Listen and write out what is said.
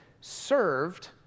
served